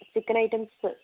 chicken items